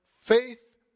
faith